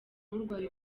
urwaye